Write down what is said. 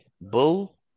Bull